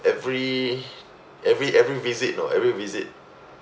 every every every visit you know every visit